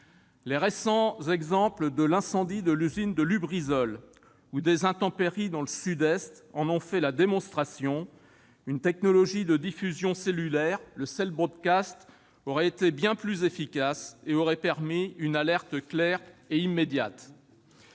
Les récents exemples de l'incendie de l'usine de Lubrizol et des intempéries dans le Sud-Est en ont fait la démonstration : une technologie de diffusion cellulaire, le, aurait été bien plus efficace et aurait permis une alerte claire et immédiate.